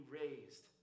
raised